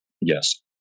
yes